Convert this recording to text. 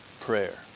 prayer